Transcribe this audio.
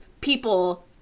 people